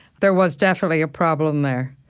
there was definitely a problem there